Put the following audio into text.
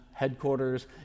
headquarters